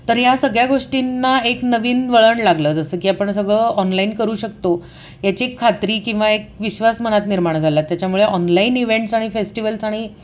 तर या सगळ्या गोष्टींना एक नवीन वळण लागलं जसं की आपण सगळं ऑनलाईन करू शकतो याची एक खात्री किंवा एक विश्वास मनात निर्माण झाला त्याच्यामुळे ऑनलाईन इव्हेंट्स आणि फेस्टिवल्स आणि